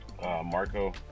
Marco